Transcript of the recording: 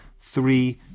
three